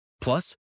Plus